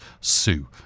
Sue